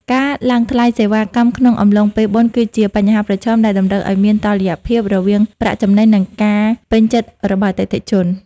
ការឡើងថ្លៃសេវាកម្មក្នុងអំឡុងពេលបុណ្យ គឺជាបញ្ហាប្រឈមដែលតម្រូវឱ្យមានតុល្យភាពរវាងប្រាក់ចំណេញ និងការពេញចិត្តរបស់អតិថិជន។